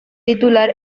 titular